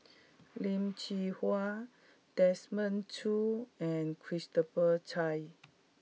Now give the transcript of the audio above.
Lim Hwee Hua Desmond Choo and Christopher Chia